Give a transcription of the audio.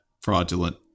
fraudulent